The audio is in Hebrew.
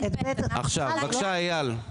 בבקשה אייל.